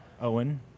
Owen